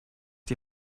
die